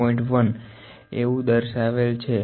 1 એવું દર્શાવેલ છે